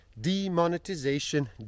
demonetization